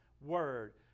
word